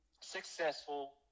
successful